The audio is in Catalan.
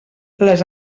les